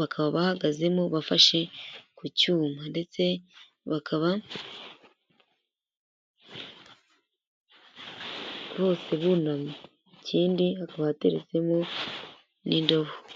bakaba bahagazemo bafashe ku cyuma ndetse bakaba bose bunamye, ikindi hakaba hateretsemo n'indobo.